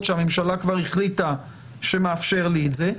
שהממשלה כבר החליטה שמאפשר לו את זה,